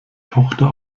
tochter